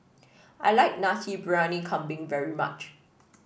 I like Nasi Briyani Kambing very much